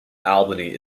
albany